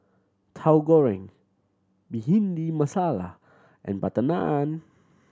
Tahu Goreng Bhindi Masala and butter naan